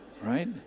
right